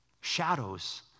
shadows